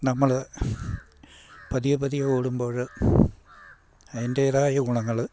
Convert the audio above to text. നമ്മള് പതിയെ പതിയെ ഓടുമ്പോഴ് അതിൻ്റെതായ ഗുണങ്ങള്